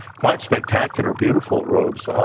quite spectacular, beautiful robes.